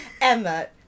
Emma